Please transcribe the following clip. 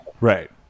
Right